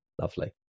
Lovely